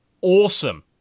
awesome